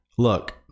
Look